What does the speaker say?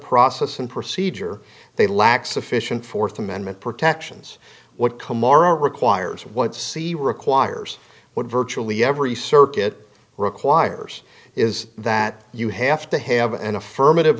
process and procedure they lack sufficient fourth amendment protections what come our requires one to see requires what virtually every circuit requires is that you have to have an affirmative